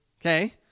okay